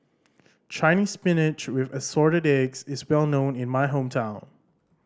Chinese Spinach with Assorted Eggs is well known in my hometown